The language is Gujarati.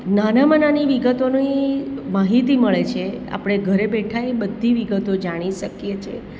નાનામાં નાની વિગતોની માહિતી મળે છે આપણે ઘરે બેઠાં ય બધી વિગતો જાણી શકીએ છીએ